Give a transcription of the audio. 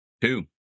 Two